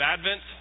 Advent